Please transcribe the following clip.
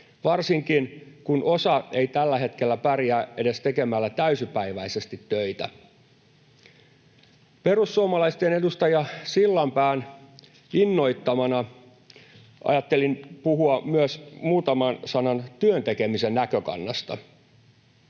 varsinkin kun osa ei tällä hetkellä pärjää edes tekemällä täysipäiväisesti töitä. Perussuomalaisten edustaja Sillanpään innoittamana ajattelin sanoa myös muutaman sanan työn tekemisen näkökannasta.